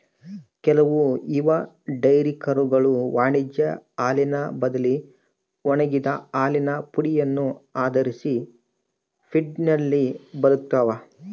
ಕೆಲವು ಯುವ ಡೈರಿ ಕರುಗಳು ವಾಣಿಜ್ಯ ಹಾಲಿನ ಬದಲಿ ಒಣಗಿದ ಹಾಲಿನ ಪುಡಿಯನ್ನು ಆಧರಿಸಿದ ಫೀಡ್ನಲ್ಲಿ ಬದುಕ್ತವ